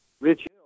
Rich